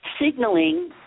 signaling